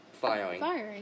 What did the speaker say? firing